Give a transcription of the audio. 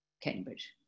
Cambridge